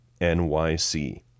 NYC